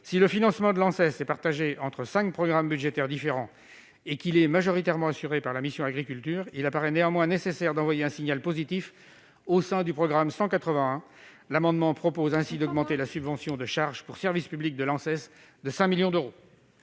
Si le financement de l'Anses est partagé entre cinq programmes budgétaires différents et qu'il est majoritairement assuré par la mission « Agriculture », il apparaît néanmoins nécessaire d'envoyer un signal positif au sein du programme 181. L'amendement tend ainsi à augmenter la subvention de charge pour service public de l'Anses de 5 millions d'euros.